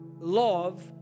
love